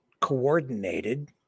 coordinated